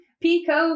Pico